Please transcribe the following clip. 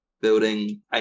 building